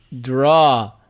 draw